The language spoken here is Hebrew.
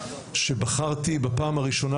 שבחרתי בפעם הראשונה,